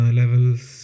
levels